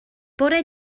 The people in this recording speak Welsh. bore